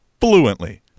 fluently